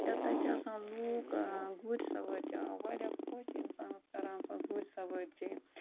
یا تَتہِ چھِ آسان لوٗکھ گُرۍ سَوٲرۍ چٮ۪وان واریاہ خوش چھِ اِنسانَس کران سۄ گُرۍ سَوٲرۍ چیٚنۍ